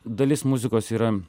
dalis muzikos yra